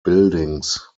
buildings